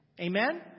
Amen